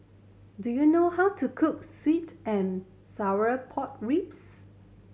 do you know how to cook sweet and sour pork ribs